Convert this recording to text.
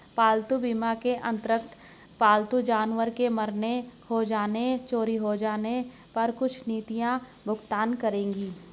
पालतू बीमा के अंतर्गत पालतू जानवर के मरने, खो जाने, चोरी हो जाने पर कुछ नीतियां भुगतान करेंगी